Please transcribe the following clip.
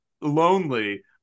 lonely